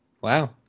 wow